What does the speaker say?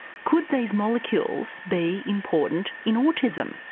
could these molecules be important in autism?